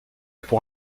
pour